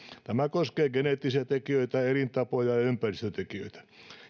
tämä koskee geneettisiä tekijöitä elintapoja ja ympäristötekijöitä